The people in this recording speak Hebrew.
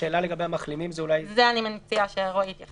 אני מציעה שרועי יתייחס.